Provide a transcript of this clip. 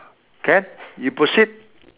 can you proceed